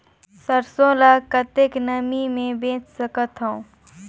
सरसो ल कतेक नमी मे बेच सकथव?